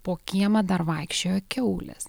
po kiemą dar vaikščiojo kiaulės